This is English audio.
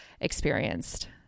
experienced